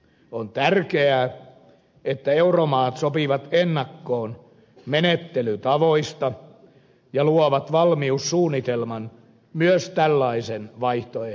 on tärkeää että euromaat sopivat ennakkoon menettelytavoista ja luovat valmiussuunnitelman myös tällaisen vaihtoehdon varalle